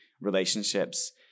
relationships